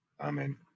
Amen